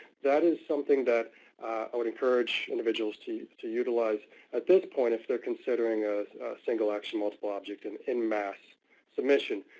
that is something that i would encourage individuals to to utilize at this point, if they're considering a single action multiple object and in mass submission,